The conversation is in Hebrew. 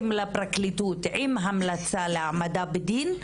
והעברתם לפרקליטות עם המלצה להעמדה לדין,